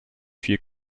viel